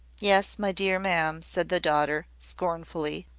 yes, my dear ma'am, said the daughter, scornfully,